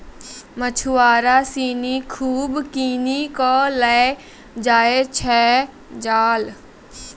मछुआरा सिनि खूब किनी कॅ लै जाय छै जाल